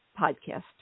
podcast